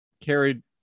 carried